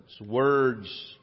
Words